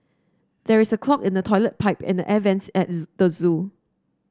there is a clog in the toilet pipe and the air vents at the zoo